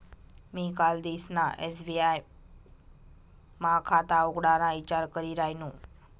मी कालदिसना एस.बी.आय मा खाता उघडाना ईचार करी रायनू